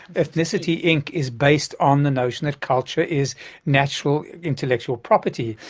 ethnicity inc. is based on the notion that culture is natural intellectual property,